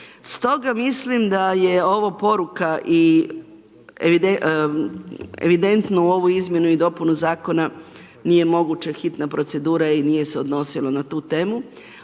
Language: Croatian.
Stoga mislim da je ovo poruka evidentno u ovu izmjenu i dopunu zakona nije moguće, hitna procedura je i nije se odnosilo na tu temu